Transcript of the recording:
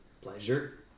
Pleasure